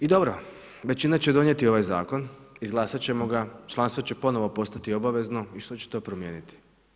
I dobro, većina će donijeti ovaj zakon, izglasat ćemo ga članstvo će ponovo postati obavezno i što će to promijeniti?